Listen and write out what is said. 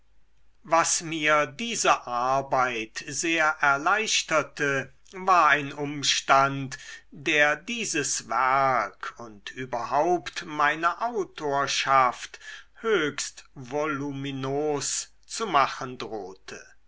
was mir diese arbeit sehr erleichterte war ein umstand der dieses werk und überhaupt meine autorschaft höchst voluminos zu machen drohte